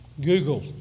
Google